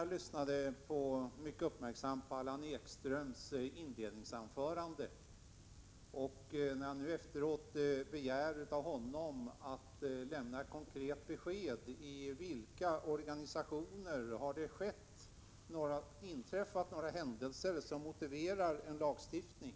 Jag lyssnade mycket uppmärksamt på Allan Ekströms inledningsanförande och begärde efteråt att han skulle lämna konkreta besked om i vilka organisationer det har inträffat några händelser som motiverar en lagstiftning.